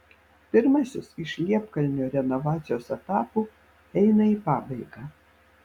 pirmasis iš liepkalnio renovacijos etapų eina į pabaigą